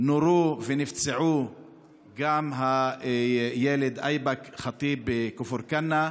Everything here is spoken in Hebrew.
נורה ונפצע גם הילד אייבק ח'טיב בכפר כנא.